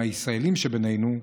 הישראלים שבינינו,